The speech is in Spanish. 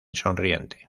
sonriente